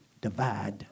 divide